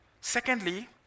Secondly